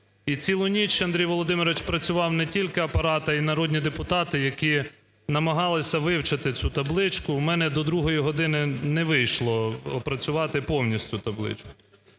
цілу ніч, Андрію Володимировичу, працював не тільки Апарат, а і народні депутати, які намагалися вивчити цю табличку. У мене до 2 години не вийшло опрацювати повністю табличку.